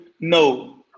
no